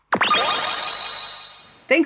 Thanks